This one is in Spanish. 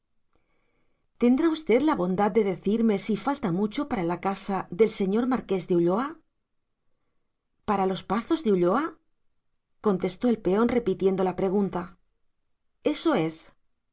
tendrá usted la bondad de decirme si falta mucho para la casa del señor marqués de ulloa para los pazos de ulloa contestó el peón repitiendo la pregunta eso es los